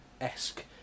esque